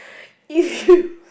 if you